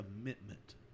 commitment